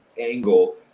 angle